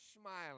smiling